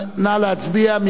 נא להצביע.